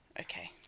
okay